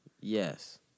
Yes